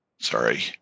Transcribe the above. Sorry